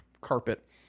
carpet